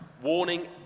warning